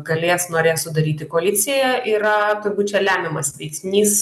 galės norės sudaryti koaliciją yra turbūt čia lemiamas veiksnys